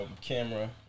Camera